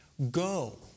Go